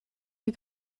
you